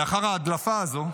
לאחר ההדלפה הזו,